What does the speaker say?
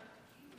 תודה רבה.